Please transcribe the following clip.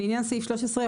לעניין סעיף 13,